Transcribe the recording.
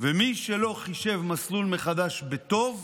ומי שלא חישב מסלול מחדש בטוב,